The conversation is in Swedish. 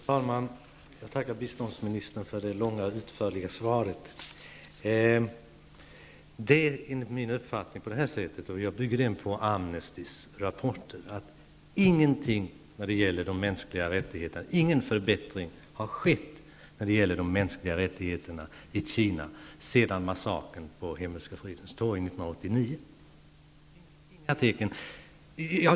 Fru talman! Jag tackar biståndsministern för det långa, utförliga svaret. Min uppfattning är — jag bygger den på Amnestys rapporter — att ingen förbättring har skett när det gäller de mänskliga rättigheterna i Kina sedan massakern på Himmelska fridens torg 1989.